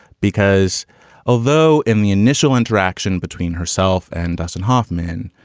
because although in the initial interaction between herself and dustin hoffman,